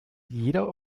jeder